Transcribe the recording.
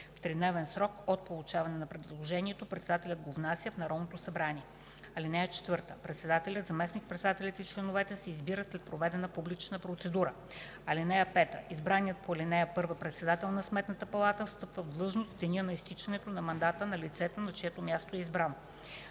В тридневен срок от получаване на предложението председателят го внася в Народното събрание. (4) Председателят, заместник-председателите и членовете се избират след проведена публична процедура. (5) Избраният по ал. 1 председател на Сметната палата встъпва в длъжност в деня на изтичането на мандата на лицето, на чието място е избран.